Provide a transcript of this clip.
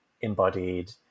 embodied